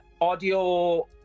audio